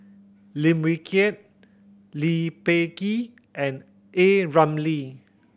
Lim Wee Kiak Lee Peh Gee and A Ramli